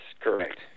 Correct